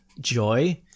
joy